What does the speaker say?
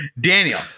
Daniel